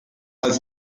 als